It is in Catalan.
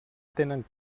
tenen